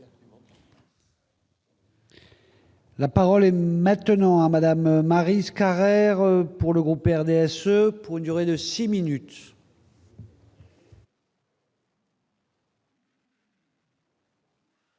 La parole est maintenant à Madame Maryse Carrère pour le groupe RDSE pour une durée de 6 minutes.